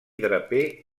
draper